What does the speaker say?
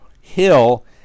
Hill